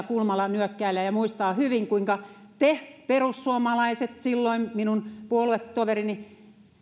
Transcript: kulmala nyökkäilee ja ja muistaa hyvin kuinka te perussuomalaiset silloin minun puoluetoverini